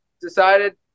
decided